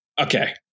okay